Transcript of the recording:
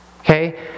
Okay